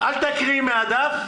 תקריאי מהדף,